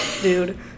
Dude